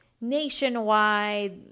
nationwide